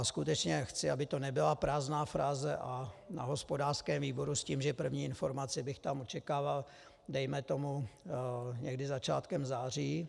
Skutečně chci, aby to nebyla prázdná fráze na hospodářském výboru, s tím, že první informaci bych tam očekával dejme tomu někdy začátkem září.